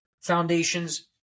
foundations